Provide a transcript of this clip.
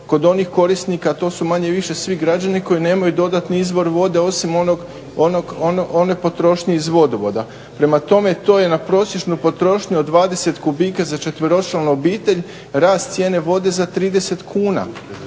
kod onih korisnika a to su manje-više svi građani koji nemaju dodatni izvor vode osim one potrošnje iz vodovoda. Prema tome, to je na prosječnu potrošnju od 20 kubika za četveročlanu obitelj rast cijene vode za 30 kuna.